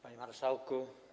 Panie Marszałku!